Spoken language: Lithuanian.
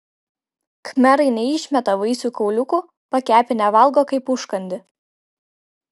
khmerai neišmeta vaisių kauliukų pakepinę valgo kaip užkandį